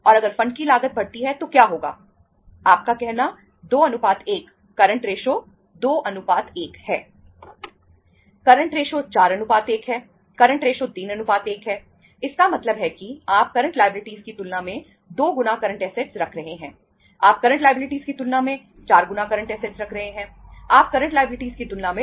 और यदि आप करंट रेशो 2 1 है